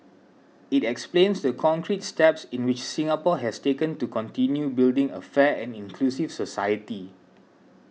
it explains the concrete steps in which Singapore has taken to continue building a fair and inclusive society